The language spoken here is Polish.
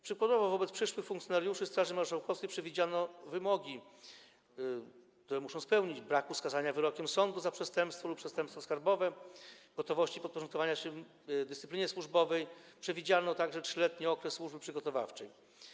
Przykładowo wobec przyszłych funkcjonariuszy Straży Marszałkowskiej przewidziano wymogi, które muszą oni spełniać: brak skazania wyrokiem sądu za przestępstwo lub przestępstwo skarbowe, gotowość podporządkowania się dyscyplinie służbowej, przewidziano także 3-letni okres służby przygotowawczej.